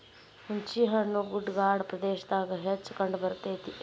ಹುಂಚಿಹಣ್ಣು ಗುಡ್ಡಗಾಡ ಪ್ರದೇಶದಾಗ ಹೆಚ್ಚ ಕಂಡಬರ್ತೈತಿ